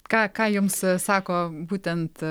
ką ką jums sako būtent